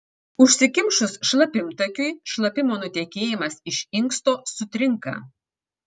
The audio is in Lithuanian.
užsikimšus šlapimtakiui šlapimo nutekėjimas iš inksto sutrinka